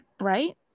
right